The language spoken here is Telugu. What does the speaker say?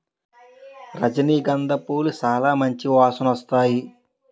రజనీ గంధ పూలు సాలా మంచి వాసనొత్తాయి